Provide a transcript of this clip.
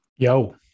yo